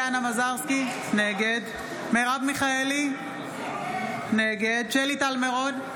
מזרסקי, נגד מרב מיכאלי, נגד שלי טל מירון,